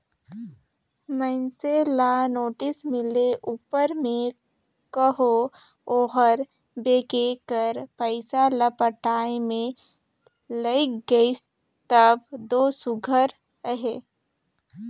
मइनसे ल नोटिस मिले उपर में कहो ओहर बेंक कर पइसा ल पटाए में लइग गइस तब दो सुग्घर अहे